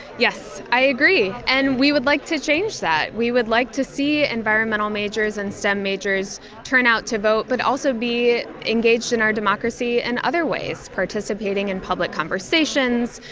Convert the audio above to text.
yes, i agree, and we would like to change that, we would like to see environmental majors and stem majors turn out to vote, but also be engaged in our democracy in and other ways, participating in public conversations,